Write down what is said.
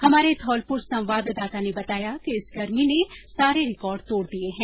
हमारे धौलपुर संवाददाता ने बताया कि इस बार गर्मी ने सारे रिकॉर्ड तोड़ दिये हैं